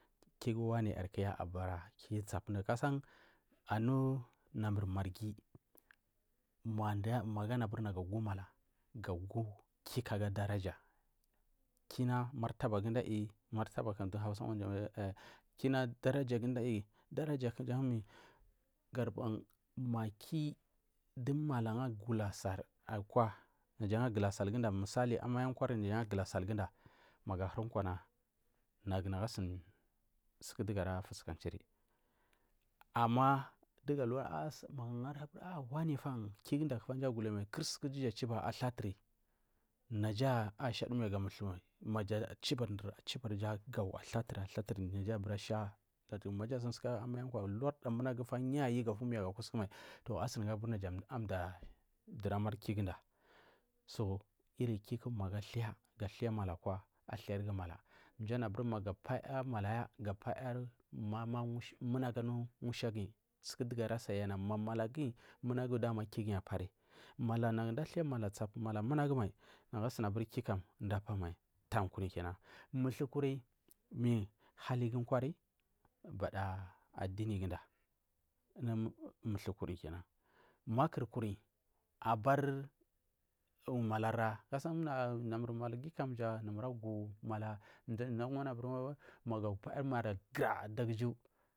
Kigu wani yar ku abar ra ki tsapu kasan anunamur marghi managu anu aburi naju agumuda gagu kiku afadaraja, kina martabaguda ayi martabaku duhausa kina daraja kuyanmi gadubar gaki dumadaju agara sal akwa agula salfuda misali amaya kwari yan agula salfuda, magu ahuri kwana nagu asuni sukudufu ara fusukanchir, ama nduju uwari wanifa suku sal mji afunai maifa kul suku duja achiba ndu afunai maifa kul suku duja achiba ndu agura mai naja aishaduma gamuthu mai managa chibar dur achibanza athatu athaturiya aga bura sha maja anu asuka amaya kwa larda munagufa yu ayufa fumiyafu akusuku mai asumufu aburi naja amda nduramari kiguda, soh iri kuga magu athai ga thai mada akwa atharigu mala mji anu magu apaya madaya gapayar mama munagu anu mushaguyi sakudugu arasaya ma malajirya munafu dama kiguyi anar munagu managu nda thai mala tsapu mai nagu asumi aburi kidapamai tankurin kina muthukun mia halgu kwari bada adinifuda, muthukurin kina makur kurin abar malarra kasan unanamur marfhi kam namur agumala mdu nagum anuaburi mala paya mala gura adaguji.